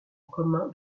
commun